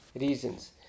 reasons